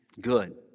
good